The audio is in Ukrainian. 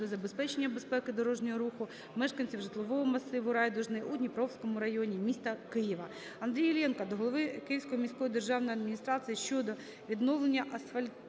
щодо забезпечення безпеки дорожнього руху мешканців житлового масиву "Райдужний" у Дніпровському районі міста Києва. Андрія Іллєнка до голови Київської міської державної адміністрації щодо відновлення асфальтного